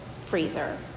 freezer